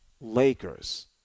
Lakers